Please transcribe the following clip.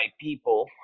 people